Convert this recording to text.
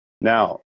Now